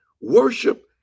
worship